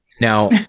Now